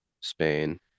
Spain